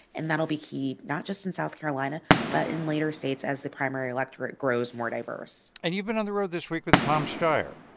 and that'll be key not just in south carolina but in later states as the primary electorate grows more diverse and you've been on the road this week with tom steyer.